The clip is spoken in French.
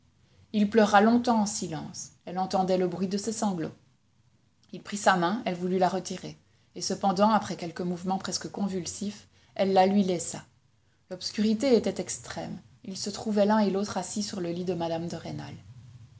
il pleura longtemps en silence elle entendait le bruit de ses sanglots il prit sa main elle voulut la retirer et cependant après quelques mouvements presque convulsifs elle la lui laissa l'obscurité était extrême ils se trouvaient l'un et l'autre assis sur le lit de mme de rênal